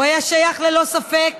הוא היה שייך ללא ספק